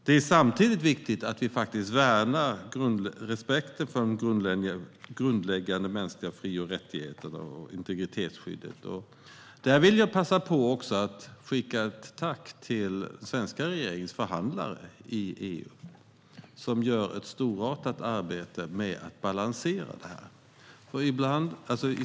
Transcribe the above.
Det är samtidigt viktigt att vi värnar respekten för de grundläggande mänskliga fri och rättigheterna och integritetsskyddet. Jag vill passa på att skicka ett tack till den svenska regeringens förhandlare i EU, som gör ett storartat arbete med att balansera det här.